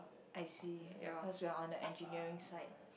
I see cause we're on the engineering side